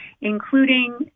including